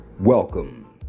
Welcome